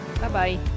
Bye-bye